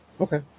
Okay